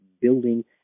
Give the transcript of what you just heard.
building